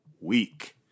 week